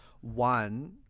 one